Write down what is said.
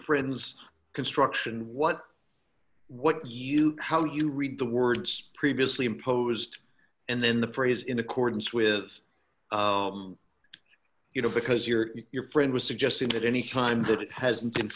friends construction what what you how do you read the words previously imposed and then the prayer is in accordance with you know because your friend was suggesting that any time that it hasn't in